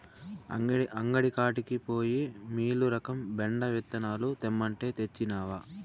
అంగడి కాడికి పోయి మీలురకం బెండ విత్తనాలు తెమ్మంటే, తెచ్చినవా